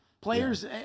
Players